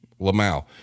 Lamal